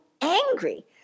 angry